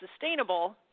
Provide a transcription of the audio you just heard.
sustainable